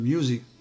Music